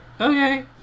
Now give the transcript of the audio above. okay